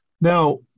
Now